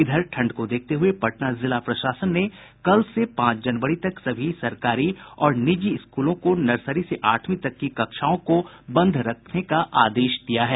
इधर ठंड को देखते हुये पटना जिला प्रशासन ने कल से पांच जनवरी तक सभी सरकारी और निजी स्कूलों को नर्सरी से आठवीं तक की कक्षाओं को बंद रखने का आदेश दिया है